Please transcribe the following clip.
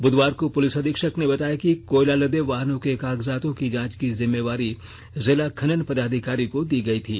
बुधवार को पुलिस अधीक्षक ने बताया कि कोयला लदे वाहनों के कागजातों की जांच की जिम्मेवारी जिला खनन पदाधिकारी को दी गयी थी